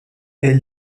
est